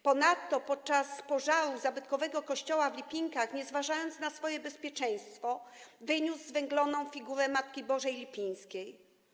Ponadto podczas pożaru zabytkowego kościoła w Lipinkach, nie zważając na swoje bezpieczeństwo, wyniósł zwęgloną figurę Matki Bożej Lipińskiej.